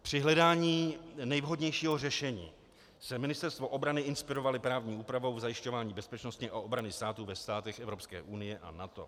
Při hledání nejvhodnějšího řešení se Ministerstvo obrany inspirovalo právní úpravou v zajišťování bezpečnosti a obrany státu ve státech Evropské unie a NATO.